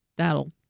That'll